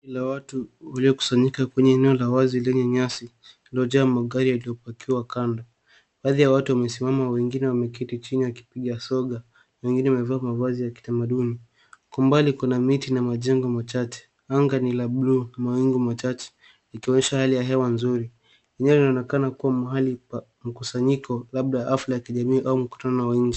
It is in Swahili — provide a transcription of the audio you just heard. Kundi la watu waliokusanyika katika eneo la wazi la nyasi lililojaa magari yaliopakiwa apo kando. Baadhi ya watu wemesimama, wengine wameketi chini wakipiga soga na wengine wamevalia mavazi ya kitama duni. Kwa umbali kuna miti na majengo machache. Anga ni la (cs)blue(cs) na mawingu machache ikionyesha hali ya hewa nzuri. Eneo linaonekana likiwa kwenye mahali pa mkusanyiko labda hafla ya jamii au mkutano wa nje.